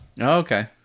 Okay